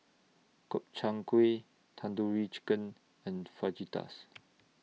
Gobchang Gui Tandoori Chicken and Fajitas